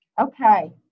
Okay